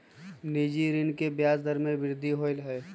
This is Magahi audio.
निजी ऋण के ब्याज दर में वृद्धि होलय है